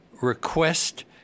request